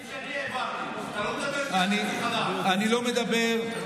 אני לא מדבר,